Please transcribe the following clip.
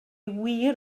wir